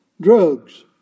Drugs